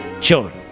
children